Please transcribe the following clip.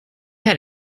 had